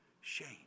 shame